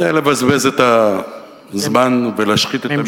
זה לבזבז את הזמן ולהשחית את המלים.